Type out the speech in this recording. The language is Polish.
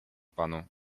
panu